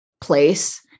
place